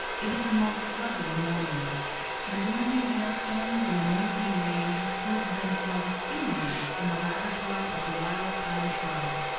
it is a most lovely morning the bruising hailstones and the moistening rain have proved themselves stimulants in the laboratory of the wild-thyme shrubs,